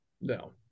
No